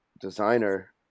designer